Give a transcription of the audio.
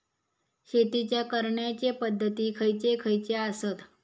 शेतीच्या करण्याचे पध्दती खैचे खैचे आसत?